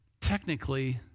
technically